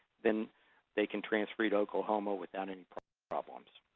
then they can transfer you to oklahoma without any problems.